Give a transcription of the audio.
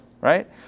right